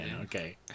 Okay